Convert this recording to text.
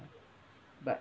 but